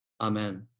Amen